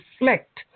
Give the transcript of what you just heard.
reflect